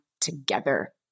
together